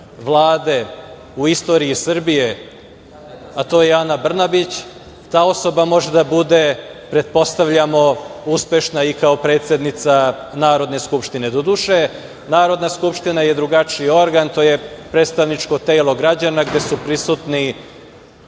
Vlade u istoriji Srbije, a to je Ana Brnabić, ta osoba može da bude, pretpostavljamo, uspešna i kao predsednica Narodne skupštine. Doduše, Narodna skupština je drugačiji organ. To je predstavničko telo građana, gde su prisutni